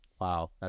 Wow